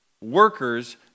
Workers